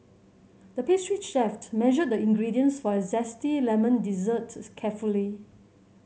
the pastry chef measured the ingredients for a zesty lemon dessert carefully